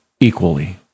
Equally